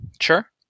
sure